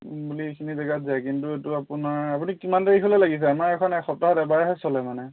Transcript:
বুলি এইখিনি জেগাত যায় কিন্তু এইটো আপোনাৰ আপুনি কিমান তাৰিখলে লাগিছে আমাৰ এখন এসপ্তাহত এবাৰহে চলে মানে